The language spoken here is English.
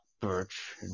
Birch